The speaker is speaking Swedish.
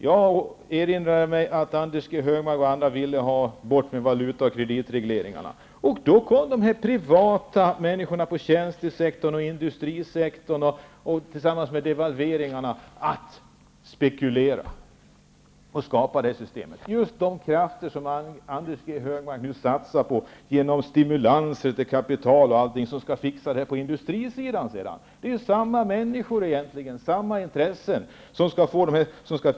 Jag erinrar mig att Anders G. Högmark ville ha bort valuta och kreditregleringar. I och med devalveringarna började då privata människor i tjänste och industrisektorn att spekulera. Så skapades det systemet. Det var just de krafter som Anders G. Högmark nu satsar på genom stimulanser till kapital och annat i syfte att ordna det hela från industrisidan. Det är samma slag av människor och samma slag av intressen som det handlar om.